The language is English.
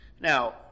Now